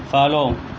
follow